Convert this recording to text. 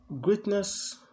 greatness